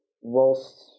whilst